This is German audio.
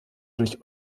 durch